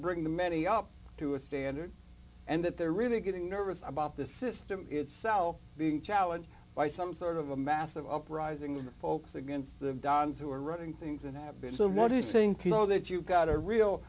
bring the many up to a standard and that they're really getting nervous about the system itself being challenged by some sort of a massive uprising of folks against the dons who are running things and have been so what are you saying people know that you've got a real